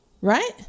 right